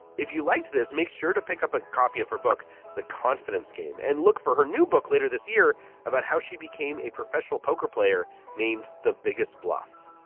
if you liked this, make sure to pick up a copy of her book the confidence game and look for her new book later this year about how she became a professional poker player named the biggest bluff.